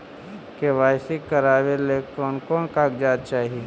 KYC करावे ले कोन कोन कागजात चाही?